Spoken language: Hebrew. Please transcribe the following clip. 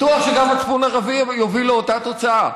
בטוח שגם מצפון ערבי יוביל לאותה תוצאה,